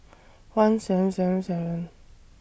one seven seven seven